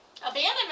Abandonment